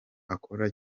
akora